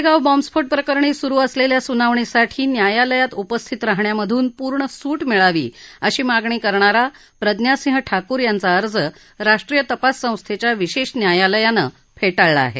मालेगाव बॉम्बस्फोट प्रकरणी सुरू असलेल्या सुनावणीसाठी न्यायालयात उपस्थित राहण्यामधून पूर्ण सुट मिळावी अशी मागणी करणारा प्रज्ञा सिंह ठाकूर यांचा अर्ज राष्ट्रीय तपास संस्थेच्या विशेष न्यायालयानं फेटाळला आहे